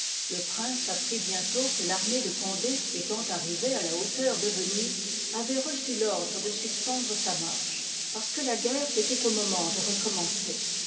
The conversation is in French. le prince apprit bientôt que l'armée de g onde étant arrivée à la hauteur de venise avoit reçu tordre de suspendre sa marche parce que la guerre étoit au moment de recommencer